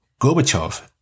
Gorbachev